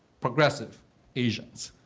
progressive asians.